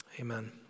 Amen